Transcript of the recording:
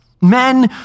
Men